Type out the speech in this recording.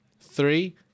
three